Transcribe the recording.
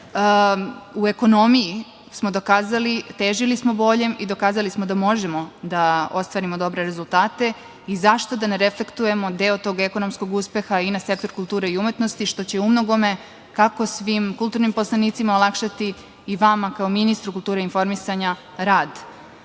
u ekonomiji smo dokazali, težili smo boljem i dokazali smo da možemo da ostvarimo dobre rezultate i zašto da ne reflektujemo deo tog ekonomskog uspeha i na sektor kulture i umetnosti, što će u mnogome, kako svim kulturnim poslanicima, olakšati i vama kao ministru kulture i informisanja rad